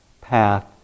path